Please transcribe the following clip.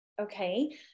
okay